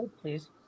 please